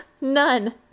None